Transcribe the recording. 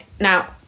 Now